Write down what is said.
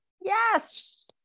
Yes